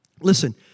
Listen